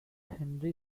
henry